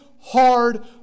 hard